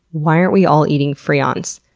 why aren't we all eating friands?